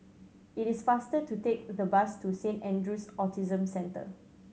it is faster to take the bus to Saint Andrew's Autism Center